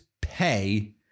pay